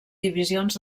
divisions